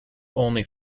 only